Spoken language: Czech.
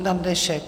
Na dnešek?